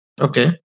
Okay